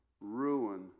Ruin